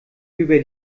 über